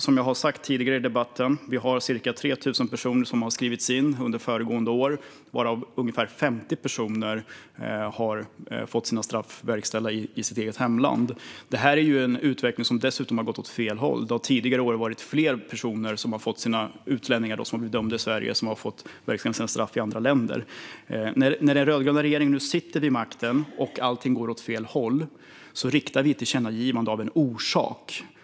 Som jag har sagt tidigare i debatten skrevs ca 3 000 personer in under föregående år, varav ungefär 50 har fått sina straff verkställda i sina egna hemländer. Detta är en utveckling som dessutom har gått åt fel håll. Tidigare år har fler utlänningar dömda i Sverige fått sina straff verkställda i andra länder. När den rödgröna regeringen nu sitter vid makten och allt går åt fel håll riktar vi ett tillkännagivande av en orsak.